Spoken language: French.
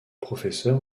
professeur